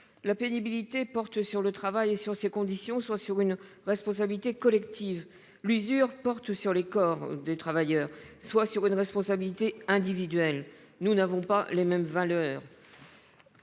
La pénibilité porte sur le travail et sur ses conditions, soit sur une responsabilité collective ; l'usure porte sur les corps des travailleurs, soit sur une responsabilité individuelle. Nous n'avons pas les mêmes valeurs.